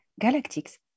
galactics